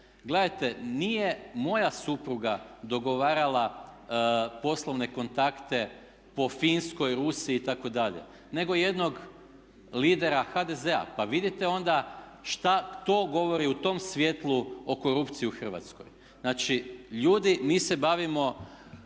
Gledajte nije moja supruga dogovarala poslovne kontakte po Finskoj, Rusiji itd., nego jednog leadera HDZ-a pa vidite onda šta to govori u tom svjetlu o korupciji u Hrvatskoj. Znači ljudi mi se bavimo